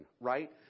right